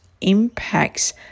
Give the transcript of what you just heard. impacts